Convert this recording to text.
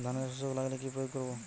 ধানের শোষক লাগলে কি প্রয়োগ করব?